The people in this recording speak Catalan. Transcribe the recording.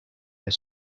les